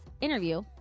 interview